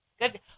Good